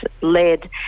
led